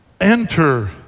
enter